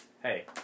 Hey